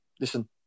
listen